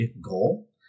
goal